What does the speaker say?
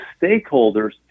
stakeholders